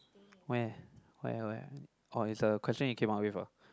where where where oh is a question you came out with ah